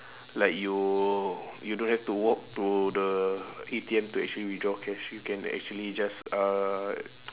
like you you don't have to walk to the A_T_M to actually withdraw cash you can actually just uh